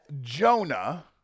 Jonah